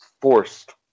forced